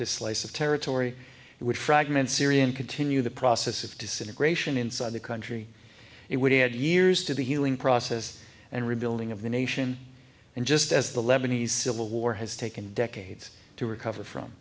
this slice of territory it would fragment syrian continue the process of disintegration inside the country it would add years to the ewing process and rebuilding of the nation and just as the lebanese civil war has taken decades to recover from